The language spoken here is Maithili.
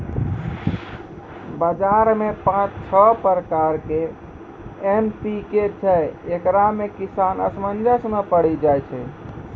बाजार मे पाँच छह प्रकार के एम.पी.के छैय, इकरो मे किसान असमंजस मे पड़ी जाय छैय?